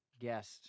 guest